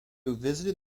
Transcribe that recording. visited